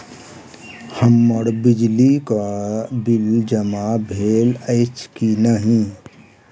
हम्मर बिजली कऽ बिल जमा भेल अछि की नहि?